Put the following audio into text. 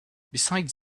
besides